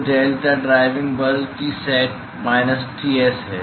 तो delta driving बल Tsat minus Ts है